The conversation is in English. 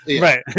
Right